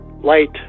light